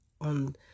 on